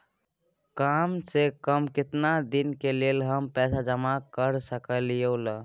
काम से कम केतना दिन के लेल हम पैसा जमा कर सकलौं हैं?